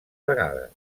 vegades